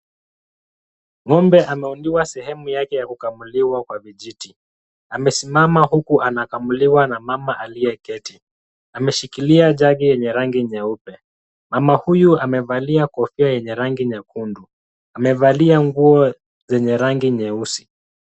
Ng'ombe ameundiwa sehemu yake ya kukamuliwa kwa vijiti. Amesimama huku anakamuliwa na mama aliye keti. Ameshikilia jagi yenye rangi nyeupe. Mama huyu amevalia kofia yenye rangi nyekundu. Amevalia nguo zenye rangi nyeusi.